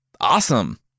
Awesome